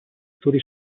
studi